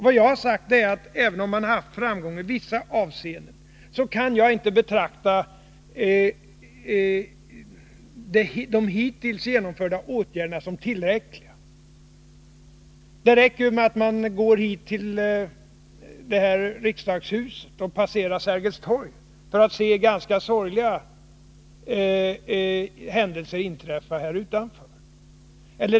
Vad jag har sagt är att även om man har haft framgång i vissa avseenden, kan jag inte betrakta de hittills genomförda åtgärderna som tillräckliga. Det räcker ju att man går till riksdagshuset och passerar Sergels torg för att man skall se ganska sorgliga händelser inträffa här utanför.